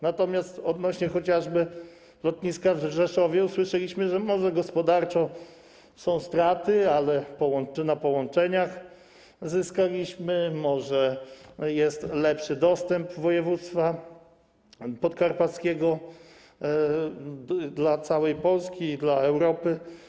Natomiast odnośnie do chociażby lotniska w Rzeszowie usłyszeliśmy, że może gospodarczo są straty, ale na połączeniach zyskaliśmy, może jest lepszy dostęp, jeśli chodzi o województwo podkarpackie, dla całej Polski i dla Europy.